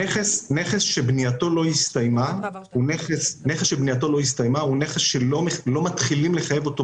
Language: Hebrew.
נכס שבנייתו לא הסתיימה הוא נכס שלא מתחילים לחייב עליו